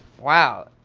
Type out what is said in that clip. wow.